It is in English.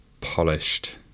polished